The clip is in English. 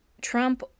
Trump